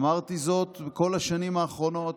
אמרתי זאת בכל השנים האחרונות.